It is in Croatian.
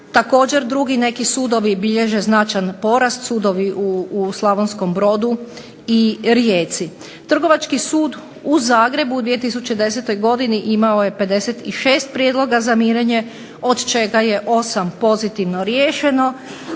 Također drugi neki sudovi bilježe znatan porast, sudovi u Slavonskom brodu i Rijeci. Trgovački sud u Zagrebu u 2010. godini imao je 56 prijedloga za mirenje od čega je 8 pozitivno riješeno,